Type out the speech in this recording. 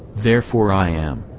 therefore i am,